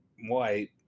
white